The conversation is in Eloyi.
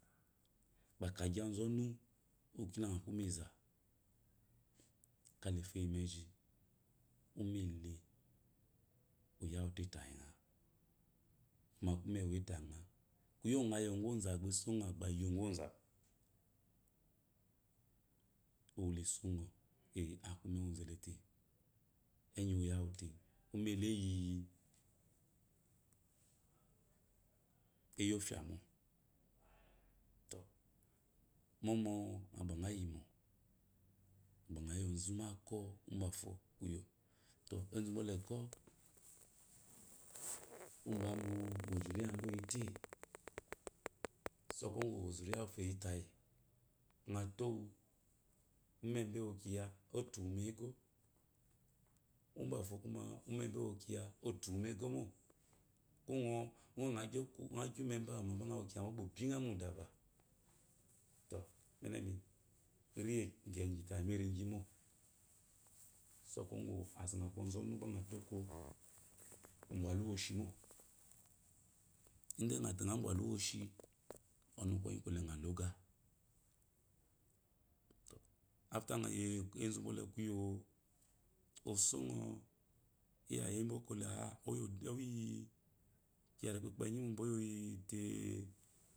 Gba kagyi ozɔnu wu kda ku umme za kae fueyimeji ummele uyawutatayi nga ngo ku ummemore tayi nga koyoo gu ngo yosu ozawu be songa gbe yogun ozamu kawule sɔngo te aku umme wa ozelete enyiwu oyɔwute ummde ayi ofiamo tɔ momo ngo gbe ngo yimo gba ngo yo ozubakwɔ bafo kuyo tɔ ezubwɔle kwo mba mro ozuniyaba oyite so kuwa gu ozun yanbaffa ayikyi nga towu ummeba ewo kiya etuwumo ego mbafo kuma ummebe ewokiya otuwumo egomo keyi ngo wu ngo to ummeba ke ogba obyingo emu mudba tɔ ummenmi riye gyegyi mingyimo sokuw ga as in ngo ku ozɔnu gba ngo balu woshi ɔnu kwɔnyi kwɔle ngo loga tɔ after ngoyo ezubwɔle kuyo osungo iyaye mbaokolea oyikiya rikpikpenyi more ba oyite.